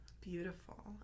Beautiful